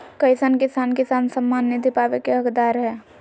कईसन किसान किसान सम्मान निधि पावे के हकदार हय?